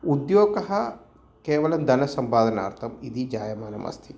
उद्योगः केवलं धनसम्पादनार्थम् इति जायमानम् अस्ति